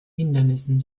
hindernissen